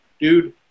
dude